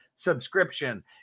subscription